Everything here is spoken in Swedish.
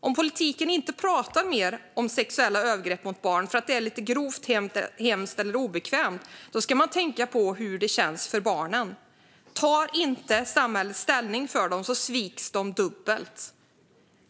Om politiken inte pratar mer om sexuella övergrepp mot barn för att det är lite grovt, hemskt eller obekvämt ska man tänka på hur det känns för barnen. Tar inte samhället ställning för dem sviks de dubbelt.